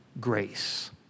grace